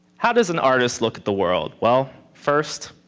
how does an artist look at the world? well, first,